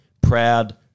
proud